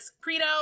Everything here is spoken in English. credo